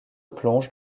plonge